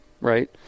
right